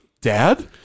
dad